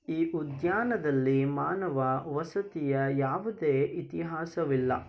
ಈ ಉದ್ಯಾನದಲ್ಲಿ ಮಾನವ ವಸತಿಯ ಯಾವುದೇ ಇತಿಹಾಸವಿಲ್ಲ